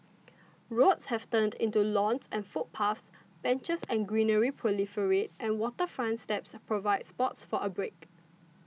roads have turned into lawns and footpaths benches and greenery proliferate and waterfront steps provide spots for a break